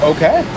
Okay